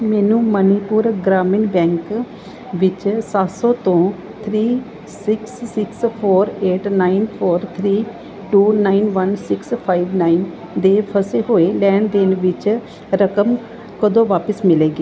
ਮੈਨੂੰ ਮਨੀਪੁਰ ਗ੍ਰਾਮੀਣ ਬੈਂਕ ਵਿੱਚ ਸੱਤ ਸੌ ਤੋਂ three six six four eight nine four three two nine one six five nine ਦੇ ਫਸੇ ਹੋਏ ਲੈਣ ਦੇਣ ਵਿੱਚ ਰਕਮ ਕਦੋਂ ਵਾਪਿਸ ਮਿਲੇਗੀ